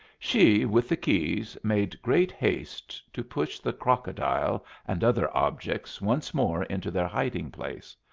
she, with the keys, made great haste to push the crocodile and other objects once more into their hiding-place.